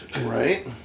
Right